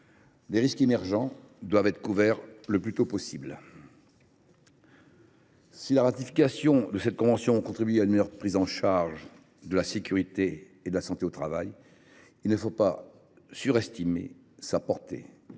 les risques émergents doivent être couverts le plus tôt possible. Si la ratification de cette convention contribue à une meilleure prise en compte de la sécurité et de la santé au travail, il ne faut pas surestimer sa portée.